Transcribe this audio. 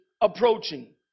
approaching